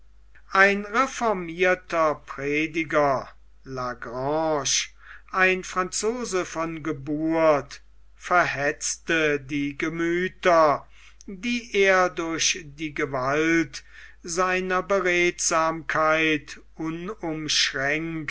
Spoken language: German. ein reformierter prediger la grange ein franzose von geburt verhetzte die gemüther die er durch die gewalt seiner beredsamkeit